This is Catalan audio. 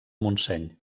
montseny